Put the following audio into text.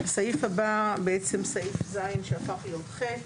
הסעיף הבא זה בעצם סעיף (ז) שהפך להיות (ח),